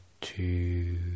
Two